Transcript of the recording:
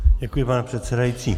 Děkuji, pane předsedající.